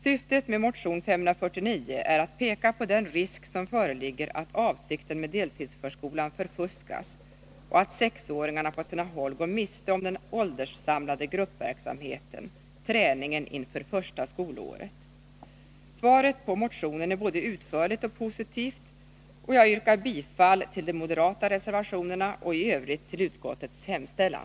Syftet med motion 549 är att peka på den risk som föreligger att avsikten med deltidsförskolan förfuskas och att sexåringarna på sina håll går miste om den ålderssamlade gruppverksamheten, träningen inför första skolåret. Svaret på motionen är både utförligt och positivt. Jag yrkar bifall till de moderata reservationerna och i övrigt till utskottets hemställan.